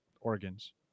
organs